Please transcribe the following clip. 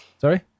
Sorry